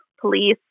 police